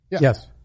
Yes